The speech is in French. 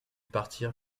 partir